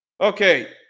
Okay